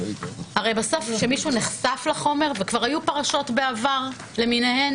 הרי בסוף כשמישהו נחשף לחומר וכבר היו פרשות בעבר למיניהן